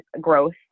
growth